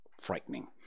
frightening